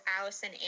Allison